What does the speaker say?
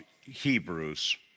Hebrews